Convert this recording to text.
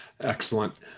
Excellent